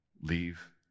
leave